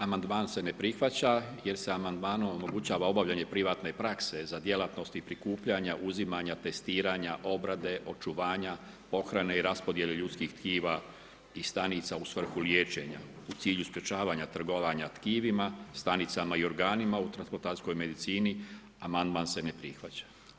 Amandman se ne prihvaća jer se amandmanom omogućava obavljanje privatne prakse za djelatnost i prikupljanja uzimanja, testiranja, obrade, očuvanja, pohrane i raspodjele ljudskih tkiva i stanica u svrhu liječenja u cilju sprječavanja trgovanja tkivima, stanicama i organima u transplantacijskoj medicini amandman se ne prihvaća.